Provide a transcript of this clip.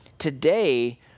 Today